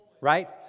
right